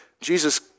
Jesus